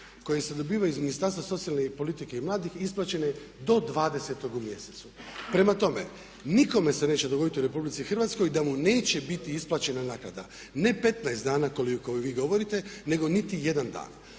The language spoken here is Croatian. koje se dobivaju iz Ministarstva socijalne politike i mladih isplaćene do 20.-tog u mjesecu. Prema tome, nikome se neće dogoditi u RH da mu neće biti isplaćena naknada, ne 15 dana koje vi govorite nego niti jedan dan.